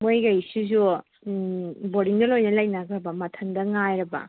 ꯃꯣꯏꯒꯩꯁꯤꯁꯨ ꯕꯣꯔꯗꯤꯡꯗ ꯂꯣꯏꯅ ꯂꯩꯅꯈ꯭ꯔꯕ ꯃꯊꯟꯇ ꯉꯥꯏꯔꯕ